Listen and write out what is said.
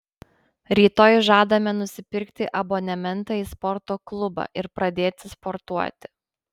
rytoj žadame nusipirkti abonementą į sporto klubą ir pradėti sportuoti